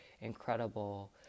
incredible